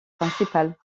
principale